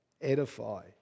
edify